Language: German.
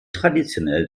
traditionell